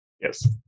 Yes